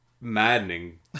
maddening